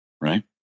right